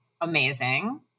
Amazing